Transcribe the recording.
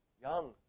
young